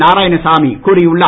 நாராயணசாமி கூறியுள்ளார்